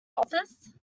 office